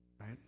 Right